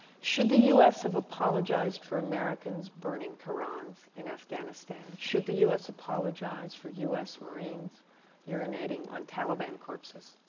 should the u s. have apologized for americans burning qurans in afghanistan? should the u s. apologize for u s. marines urinating on taliban corpses?